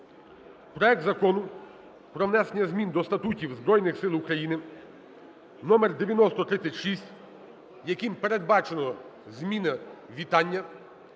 проект Закону про внесення змін до статутів Збройних Сил України (№ 9036), яким передбачено зміна вітання